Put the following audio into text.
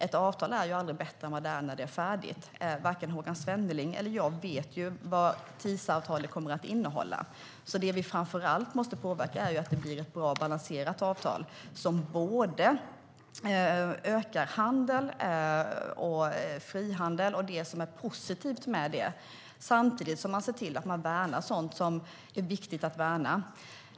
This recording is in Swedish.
Ett avtal är aldrig bättre än vad det är när det är färdigt. Varken Håkan Svenneling eller jag vet vad TISA-avtalet kommer att innehålla, så det vi framför allt måste påverka är att det blir ett bra och balanserat avtal som både ökar handel och frihandel och det som är positivt med det, samtidigt som vi ser till att värna sådant som är viktigt att värna.